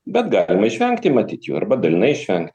bet galima išvengti matyt jų arba dalinai išvengti